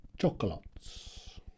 chocolates